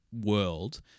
world